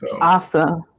Awesome